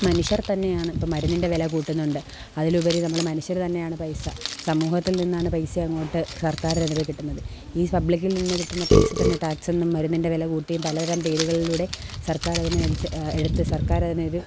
മനുഷ്യർ തന്നെയാണ് ഇപ്പം മരുന്നിൻ്റെ വില കൂട്ടുന്നുണ്ട് അതിലുപരി നമ്മൾ മനുഷ്യർ തന്നെയാണ് പൈസ സമൂഹത്തിൽ നിന്നാണ് പൈസ അങ്ങോട്ടു സർക്കാരുടെ അതിൽ കിട്ടുന്നത് ഈ പബ്ലിക്കിൽ നിന്നു കിട്ടുന്ന പൈസ തന്നെ ടാക്സിൽ നിന്നു മരുന്നിൻ്റെ വില കൂട്ടിയും പല തരം പേരുകളിലൂടെ സർക്കാരതിന് സ് എടുത്തു സർക്കാരതിനൊരു